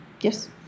Yes